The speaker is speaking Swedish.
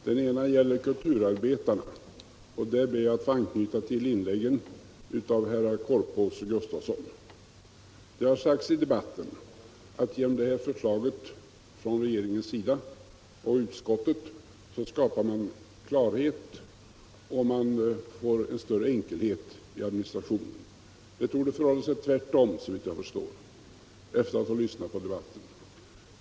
Herr talman! Två synpunkter bara. Den ena synpunkten gäller kulturarbetarna. Där ber jag att få anknyta till inläggen av herrar Korpås och Gustafsson i Stockholm. Det har sagts i debatten att genom förslaget från regeringens och utskottets sida skapar man klarhet och får större enkelhet i administrationen. Det torde förhålla sig tvärtom, såvitt jag förstår efter att ha lyssnat på debatten.